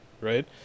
right